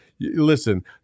listen